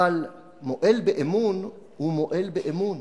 אבל מועל באמון הוא מועל באמון